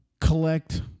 collect